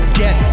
get